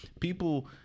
people